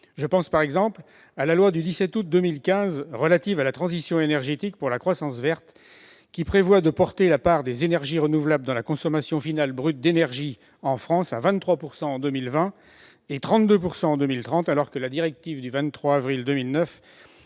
Je pense, par exemple, à la loi du 17 août 2015 relative à la transition énergétique pour la croissance verte, qui prévoit de porter la part des énergies renouvelables dans la consommation finale brute d'énergie en France à 23 % en 2020 et à 32 % en 2030, alors que la directive du 23 avril 2009